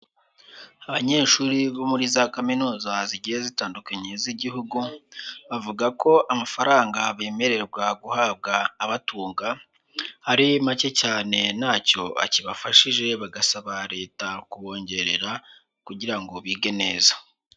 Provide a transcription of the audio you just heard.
Abanyeshuri bo muri za kaminuza zigiye zitandukanye z'Igihugu, bavuga ko amafaranga bemererwa guhabwa abatunga ari make cyane, nta cyo akibafashije. Bagasaba Leta kubongerera kugira ngo bige neza.